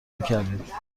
میکردید